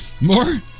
More